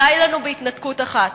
די לנו בהתנתקות אחת.